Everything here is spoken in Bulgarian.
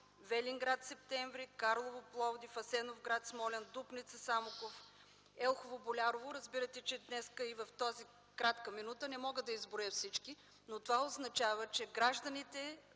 Велинград – Септември, Карлово - Пловдив, Асеновград – Смолян, Дупница – Самоков, Елхово – Болярово. Разбирате, че днес в тази кратка минута не мога да изброя всички, но това означава, че гражданите